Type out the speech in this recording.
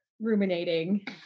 ruminating